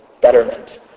betterment